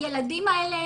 הילדים האלה,